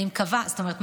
זאת אומרת,